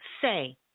say